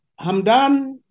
Hamdan